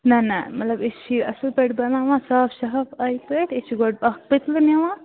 نہَ نہَ مطلب أسۍ چھِ یہِ اَصٕل پٲٹھۍ بَناوان صاف شَفاف آیہِ پٲٹھۍ أسۍ چھِ گۄڈٕ اَکھ پٔتلہٕ نِوان